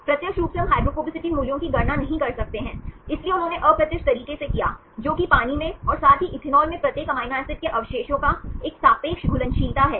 प्रत्यक्ष रूप से हम हाइड्रोफोबिसिटी मूल्यों की गणना नहीं कर सकते हैं इसलिए उन्होंने अप्रत्यक्ष तरीके से किया जो कि पानी में और साथ ही इथेनॉल में प्रत्येक अमीनो एसिड के अवशेषों का एक सापेक्ष घुलनशीलता है